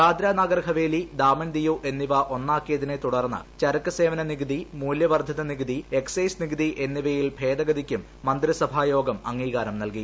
ദാദ്രനാഗർ ഹവേലി ദാമൻ ദിയു എന്നിവ ഒന്നാക്കിയതിനെ തുടർന്ന് ചരക്ക് സേവന നികുതി മൂലൃ വർദ്ധിത നികുതി എക്സൈസ് നികുതി എന്നിവയിൽ ഭേദഗതിക്കും മന്ത്രിസഭായോഗം അംഗീകാരം നല്കി